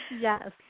yes